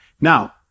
now